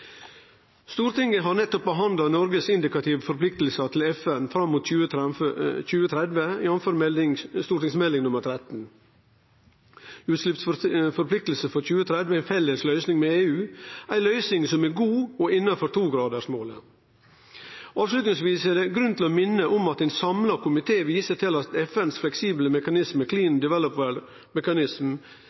Stortinget har nettopp behandla Noregs indikative forpliktingar til FN fram mot 2030, jf. Meld. St. 13 for 2014–2015, Ny utslippsforpliktelse for 2030 – en felles løsning med EU. Dette er ei løysing som er god og innanfor 2-gradarsmålet. Til slutt er det grunn til å minne om at ein samla komité viser til at FNs fleksible mekanisme,